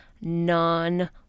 non